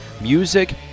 music